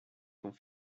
font